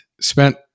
spent